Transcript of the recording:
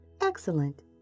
excellent